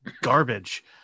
garbage